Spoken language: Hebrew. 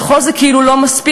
וכל זה כאילו לא מספיק,